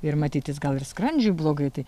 ir matyt jis gal ir skrandžiui blogai tai